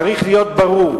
צריך להיות ברור: